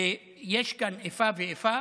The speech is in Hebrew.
ויש כאן איפה ואיפה.